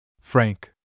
Frank